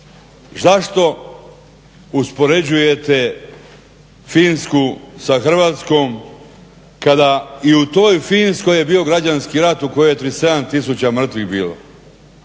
Zašto uspoređujete Finsku sa Hrvatskom kada i u toj Finskoj je bio građanski rat u kojoj je 37 tisuća mrtvih bilo?